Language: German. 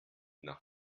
nach